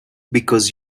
because